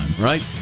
right